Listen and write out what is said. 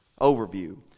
overview